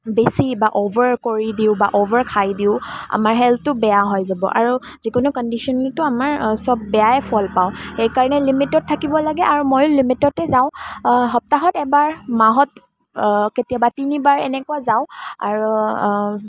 বেছি বা অ'ভাৰ কৰি দিওঁ বা অ'ভাৰ খাই দিওঁ আমাৰ হেল্থটো বেয়া হৈ যাব আৰু যিকোনো কণ্ডিচনতেই আমাৰ সব বেয়াই ফল পাওঁ সেইকাৰণে লিমিটত থাকিব লাগে আৰু ময়ো লিমিটতে যাওঁ সপ্তাহত এবাৰ মাহত কেতিয়াবা তিনিবাৰ এনেকুৱা যাওঁ আৰু